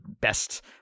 best